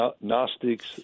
Gnostics